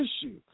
issue